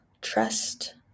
trust